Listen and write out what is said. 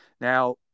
Now